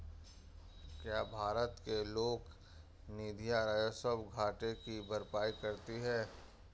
क्या भारत के लोक निधियां राजस्व घाटे की भरपाई करती हैं?